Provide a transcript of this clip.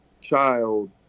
child